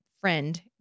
friend